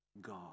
God